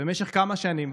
במשך כמה שנים.